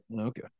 Okay